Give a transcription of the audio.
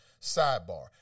Sidebar